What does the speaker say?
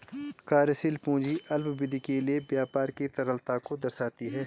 कार्यशील पूंजी अल्पावधि के लिए व्यापार की तरलता को दर्शाती है